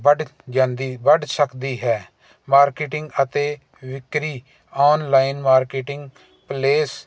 ਬਡ ਜਾਂਦੀ ਬਡ ਸਕਦੀ ਹੈ ਮਾਰਕਟਿੰਗ ਅਤੇ ਵਿਕਰੀ ਓਨਲਾਈਨ ਮਾਰਕਟਿੰਗ ਪਲੇਸ